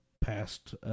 past